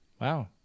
Wow